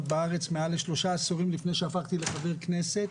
בארץ מעל לשלושה עשורים לפני שהפכתי לחבר כנסת,